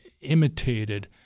imitated